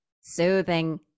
Soothing